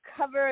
cover